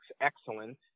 excellent